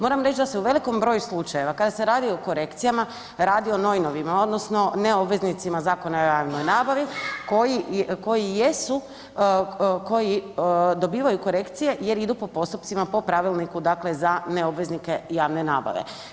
Moram reć da se u velikom broju slučajeva kada se radi o korekcijama, radi o noj novima odnosno ne obveznicima Zakona o javnoj nabavi koji, koji jesu, koji dobivaju korekcije jer idu po postupcima po Pravilniku, dakle, za ne obveznike javne nabave.